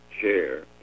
chair